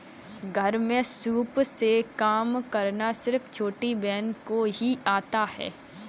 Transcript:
घर में सूप से काम करना सिर्फ छोटी बहन को ही आता है